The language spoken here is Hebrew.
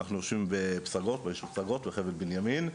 אנחנו יושבים ביישוב פסגות, בחבל בנימין.